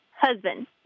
husband